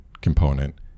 component